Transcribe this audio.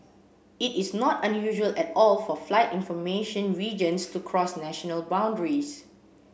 it is not unusual at all for flight information regions to cross national boundaries